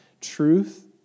truth